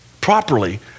properly